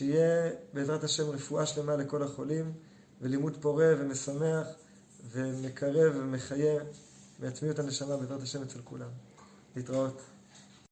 שיהיה בעזרת השם רפואה שלמה לכל החולים ולימוד פורה ומשמח ומקרב ומחיה ויצמיא את הנשמה בעזרת השם אצל כולם להתראות